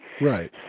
Right